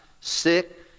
sick